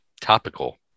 topical